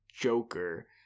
Joker